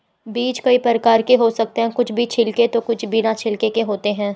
बीज कई प्रकार के हो सकते हैं कुछ बीज छिलके तो कुछ बिना छिलके के होते हैं